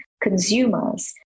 consumers